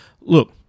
Look